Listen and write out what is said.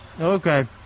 Okay